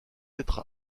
être